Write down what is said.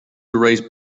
erase